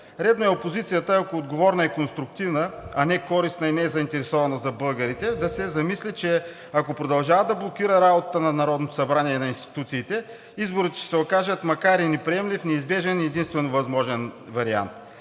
Редно е опозицията, ако е отговорна и конструктивна, а не користна и незаинтересована за българите, да се замисли, че ако продължава да блокира работата на Народното събрание и на институциите, изборите ще се окажат макар и неприемлив неизбежен и единствен възможен вариант.